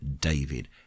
david